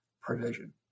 provision